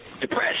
depressed